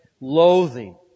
loathing